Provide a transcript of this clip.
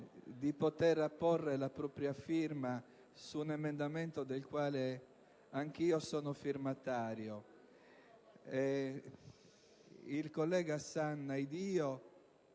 di poter apporre la propria firma ad un emendamento del quale anch'io sono firmatario. Il collega Sanna ed io